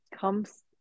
comes